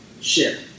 ship